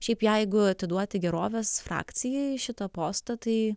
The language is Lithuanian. šiaip jeigu atiduoti gerovės frakcijai šitą postą tai